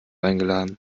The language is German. eingeladen